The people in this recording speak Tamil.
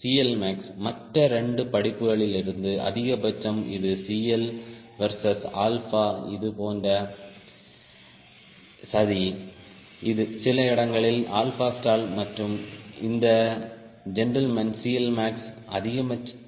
CLmax மற்ற 2 படிப்புகளிலிருந்து அதிகபட்சம் இது CL வெர்ஸஸ் 𝛼 இது இது போன்ற சதி சில இடங்களில் stall மற்றும் இந்த ஜென்டில்மேன் CLmax அதிகபட்சம்